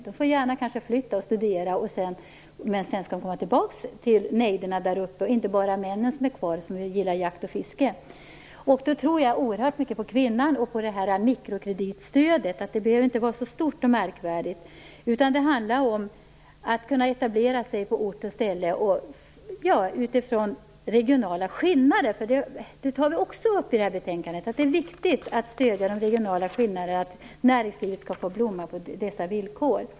De får gärna flytta för att studera, men sedan skall de komma tillbaka till nejderna där uppe, så att inte bara männen blir kvar, som gillar jakt och fiske. Jag tror oerhört mycket på kvinnan och på mikrokreditstödet. Det behöver inte vara så stort och märkvärdigt. Det handlar om att man skall kunna etablera sig på ort och ställe utifrån de regionala förutsättningarna. I det här betänkandet tar vi också upp att det är viktigt att stödja de regionala skillnaderna. Näringslivet skall få blomma på dessa villkor.